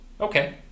Okay